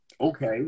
Okay